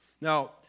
Now